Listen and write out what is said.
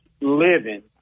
living